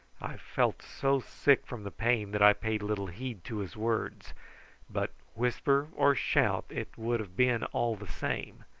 i felt so sick from the pain that i paid little heed to his words but whisper or shout it would have been all the same,